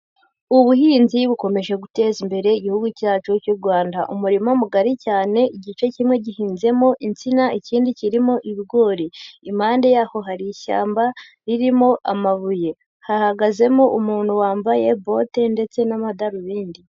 Ubuhinzi bukomeje guteza imbere igihugu cyacu cy'u Rwanda. Umurima mugari cyane igice kimwe gihinzemo insina ikindi kirimo ibigori, impande yaho hari ishyamba ririmo amabuye, hahagazemo umuntu wambaye bote ndetse n'amadarubindi.